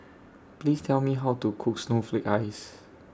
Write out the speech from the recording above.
Please Tell Me How to Cook Snowflake Ice